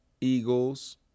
Eagles